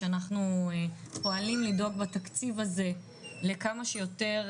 שאנחנו פועלים לדאוג בתקציב הזה לכמה שיותר